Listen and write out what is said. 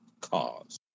cause